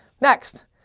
next